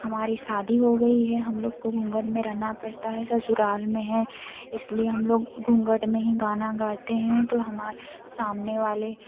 हमारी शादी हो गई है हम लोग को घूँघट में रहना पड़ता ससुराल में है इस लिए हम लोग घूँघट में ही गाना गाते हैं तो हमारे सामने वाले